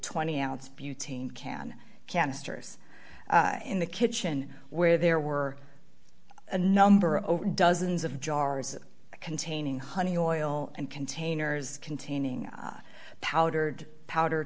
twenty ounce butane can canisters in the kitchen where there were a number over dozens of jars containing honey oil and containers containing powdered powder